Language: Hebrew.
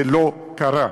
זה לא קרה.